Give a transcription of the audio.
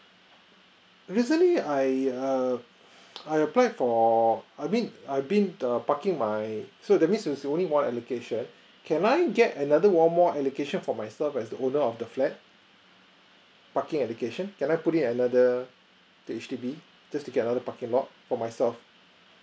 recently I err I applied for I mean I've been err parking my so that means if it's only one allocation can I get another one more allocation for myself as the owner of the flat parking allocation can I put in another to H_D_B just to get another parking lot for myself